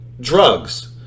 drugs